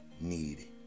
need